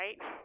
right